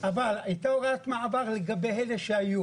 אבל הייתה הוראת מעבר לגבי אלה שהיו